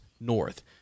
north